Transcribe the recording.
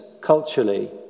culturally